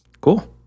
Cool